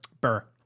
Burr